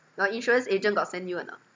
your insurance agent got send you or not